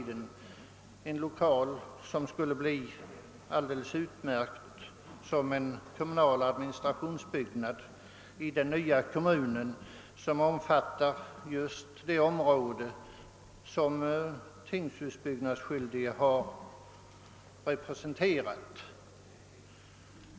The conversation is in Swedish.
Denna lokal skulle bli alldeles utmärkt som en kommunal administrationsbyggnad i den nya kommunen, som omfattar just det område som tingshusbyggnadsskyldige representerade.